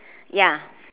ya